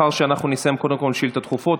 את כן, אבל לאחר שנסיים קודם כול שאילתות דחופות.